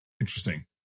Interesting